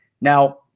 Now